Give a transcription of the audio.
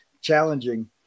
Challenging